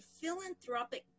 philanthropic